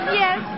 yes